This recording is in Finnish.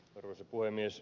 arvoisa puhemies